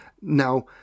Now